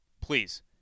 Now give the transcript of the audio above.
Please